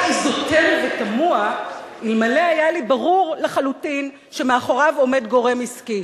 אזוטרי ותמוה אלמלא היה לי ברור לחלוטין שמאחוריו עומד גורם עסקי.